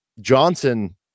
johnson